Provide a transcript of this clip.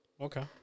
Okay